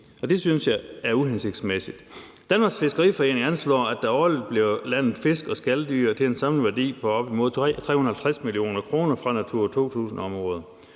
det synes jeg er uhensigtsmæssigt. Danmarks Fiskeriforening anslår, at der årligt bliver landet fisk og skaldyr til en samlet værdi på op imod 350 mio. kr. fra Natura 2000-områder,